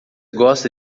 gosta